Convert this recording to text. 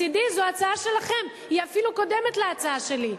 מצדי זאת הצעה שלכם, היא אפילו קודמת להצעה שלי.